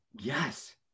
Yes